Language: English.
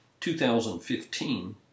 2015